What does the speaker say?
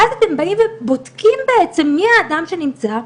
ואז אתם באים ובודקים בעצם מי האדם שנמצא,